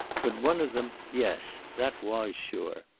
but one of them yes. that was sure.